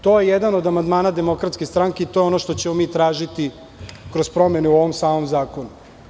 To je jedan od amandmana DS i to je ono što ćemo mi tražiti kroz promene u ovom samom zakonu.